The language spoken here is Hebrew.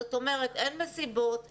אין מסיבות,